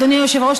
אדוני היושב-ראש,